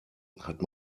hat